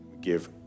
give